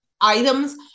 items